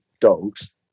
dogs